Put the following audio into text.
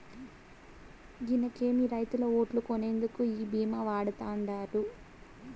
ఇనకేమి, రైతుల ఓట్లు కొనేందుకు ఈ భీమా వాడతండాడు